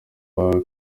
wawe